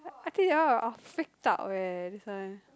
I think that one I'll I'll freaked out eh this one